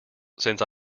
since